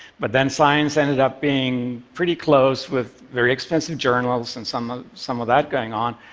but then science ended up being pretty closed, with very expensive journals and some some of that going on.